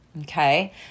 okay